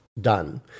done